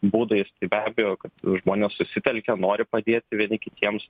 būdais tai be abejo kad žmonės susitelkia nori padėti vieni kitiems